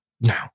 No